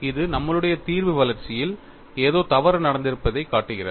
இது நம்மளுடைய தீர்வு வளர்ச்சியில் ஏதோ தவறு நடந்திருப்பதைக் காட்டுகிறது